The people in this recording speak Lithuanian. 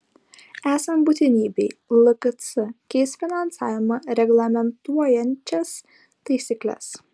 esant būtinybei lkc keis finansavimą reglamentuojančias taisykles